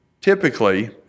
typically